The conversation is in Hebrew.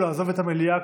אינו נוכח עוזי דיין,